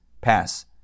pass